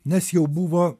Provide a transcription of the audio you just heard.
nes jau buvo